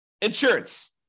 insurance